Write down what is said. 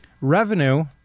Revenue